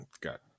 got